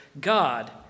God